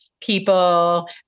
people